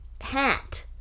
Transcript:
hat